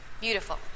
Beautiful